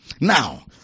Now